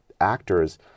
actors